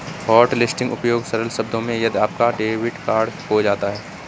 hotlisting उपयोग सरल शब्दों में यदि आपका डेबिट कार्ड खो जाता है